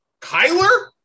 Kyler